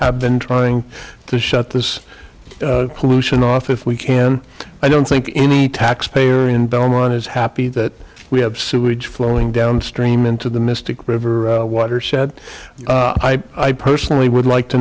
have been trying to shut this pollution off if we can i don't think any taxpayer in belmont is happy that we have sewage flowing downstream into the mystic river watershed i personally would like to